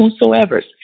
whosoever